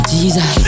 Jesus